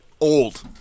Old